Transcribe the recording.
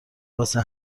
واسه